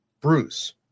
Bruce